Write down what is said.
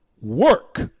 work